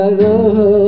love